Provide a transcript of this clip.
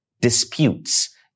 disputes